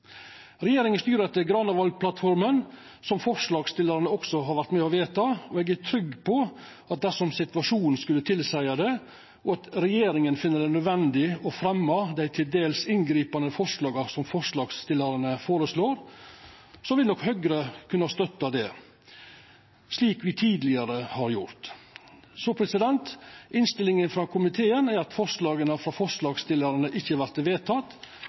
Regjeringa styrer etter Granavolden-plattforma, som forslagsstillarane også har vore med på å vedta, og eg er trygg på at dersom situasjonen skulle tilseia det, og regjeringa finn det nødvendig å fremja dei til dels inngripande forslaga som forslagsstillarane føreslår, vil nok Høgre kunna støtta det – slik me tidlegare har gjort. Innstillinga frå komiteen er at